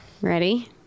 Ready